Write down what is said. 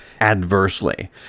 adversely